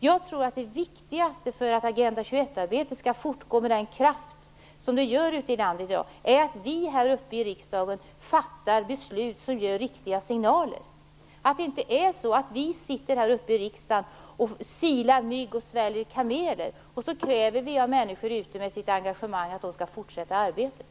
Jag tror att det viktigaste för att Agenda 21-arbetet skall fortgå med samma kraft som det i dag ute i landet präglas av är att vi i riksdagen fattar beslut som ger riktiga signaler. Det är ju inte så att vi i riksdagen silar mygg och sväljer kameler och sedan kräver av människorna ute med deras engagemang att de skall fortsätta arbetet.